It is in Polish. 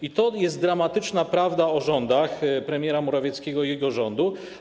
I to jest dramatyczna prawda o rządach premiera Morawieckiego i jego rządu.